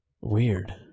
Weird